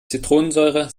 zitronensäure